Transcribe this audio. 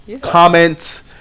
Comment